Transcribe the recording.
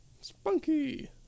Spunky